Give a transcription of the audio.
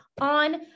on